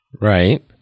right